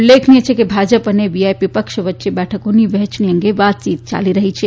ઉલ્લેખનીય છે કે ભાજપ અને વીઆઇપી પક્ષ વય્યે બેઠકોની વહેંચણી અંગે વાતયીત યાલી રહી છે